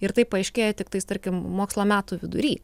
ir tai paaiškėja tiktais tarkim mokslo metų vidury